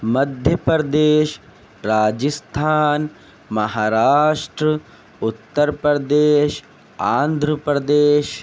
Madhya Pradesh Rajasthan Maharashtra Uttar Pradesh Andhra Pradesh